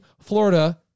Florida